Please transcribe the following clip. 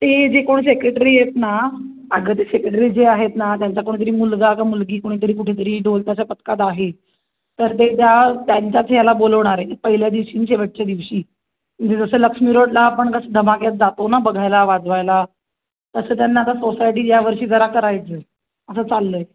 ते जे कोण सेक्रेटरी आहेत ना अगं ते सेक्रेटरी जे आहेत ना त्यांचा कोणीतरी मुलगा का मुलगी कुणीतरी कुठेतरी ढोलताशा पथकात आहे तर ते त्या त्यांच्याच याला बोलवणार आहे पहिल्या दिवशी आणि शेवटच्या दिवशी जसं लक्ष्मी रोडला आपण कसं धमाक्यात जातो ना बघायला वाजवायला तसं त्यांना आता सोसायटीत यावर्षी जरा करायचं आहे असं चाललं आहे